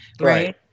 right